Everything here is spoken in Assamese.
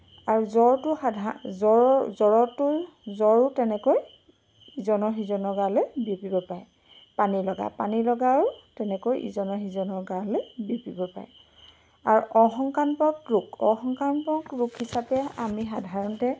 আৰু জ্বৰটো জ্বৰৰ জ্বৰৰটো জ্বৰো তেনেকৈ ইজনৰ সিজনৰ গালৈ বিয়পিব পাৰে পানীলগা পানীলগাও তেনেকৈ ইজনৰ সিজনৰ গালৈ বিয়পিব পাৰে আৰু অসংক্ৰাত্মক ৰোগ অসংক্ৰাত্মক ৰোগ হিচাপে আমি সাধাৰণতে